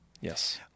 Yes